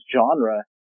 genre